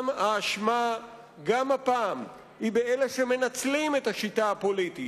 גם הפעם האשמה היא באלה שמנצלים את השיטה הפוליטית,